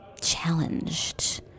challenged